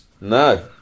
No